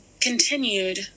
continued